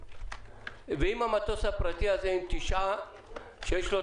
ואם המטוס הפרטי הזה שיש לו